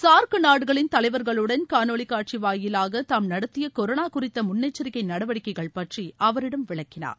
SAARC நாடுகளின் தலைவர்களுடன் காணொலிக்காட்சி வாயிலாக தாம் நடத்திய கொரோனா குறித்த முன்னெச்சரிக்கை நடவடிக்கைகள் பற்றி அவரிடம் விளக்கினார்